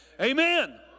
Amen